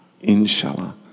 inshallah